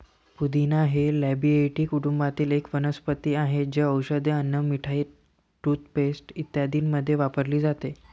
पुदिना हे लॅबिएटी कुटुंबातील एक वनस्पती आहे, जी औषधे, अन्न, मिठाई, टूथपेस्ट इत्यादींमध्ये वापरली जाते